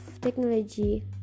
technology